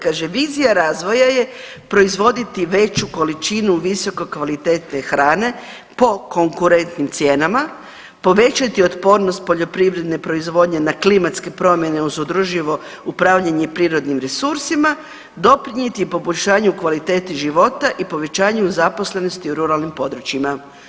Kaže, vizija razvoja je proizvoditi veću količinu visoko kvalitetne hrane po konkurentnim cijenama, povećati otpornost poljoprivredne proizvodnje na klimatske promjene uz udruživo upravljanje prirodnim resursima, doprinjeti poboljšanju kvaliteti života i povećanju zaposlenosti u ruralnim područjima.